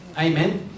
Amen